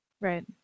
Right